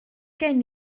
gen